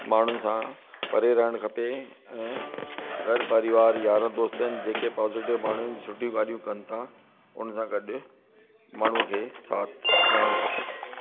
माण्हुनि सां परे रहणु खपे ऐं घरु परिवारु यारु दोस्तनि जेके पॉजिटिव माण्हू सुठियूं ॻाल्हियूं कनि ता उन सां गॾु माण्हूअ खे साथ रहणु खपे